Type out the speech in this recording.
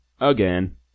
again